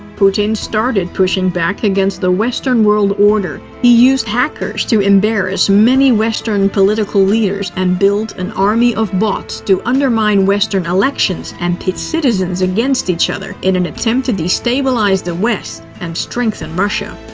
putin started pushing back against the western world order. he used hackers to embarrass many western political leaders and built an army of bots to undermine western elections and pit citizens against each other in an attempt to destabilize the west and strengthen russia.